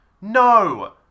no